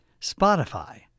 Spotify